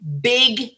big